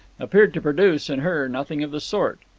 appeared to produce, in her, nothing of the sort.